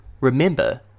remember